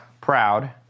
proud